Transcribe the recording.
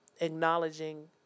Acknowledging